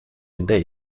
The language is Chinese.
人类